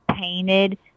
painted